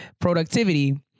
productivity